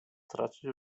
traci